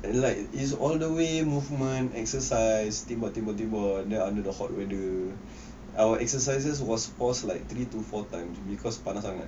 and like is all the way movement exercise tembak tembak tembak and then under the hot weather our exercises was was like three to four times because panas sangat